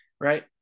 Right